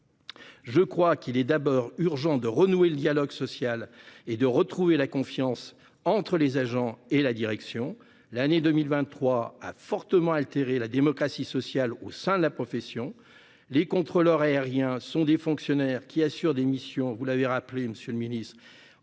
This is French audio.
j'estime qu'il est urgent de renouer le dialogue social et de retrouver la confiance entre les agents et la direction, car l'année 2023 a fortement altéré la démocratie sociale au sein de la profession. Les contrôleurs aériens sont des fonctionnaires qui assurent des missions hautement stratégiques,